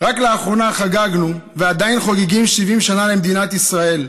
רק לאחרונה חגגנו ועדיין חוגגים 70 שנה למדינת ישראל.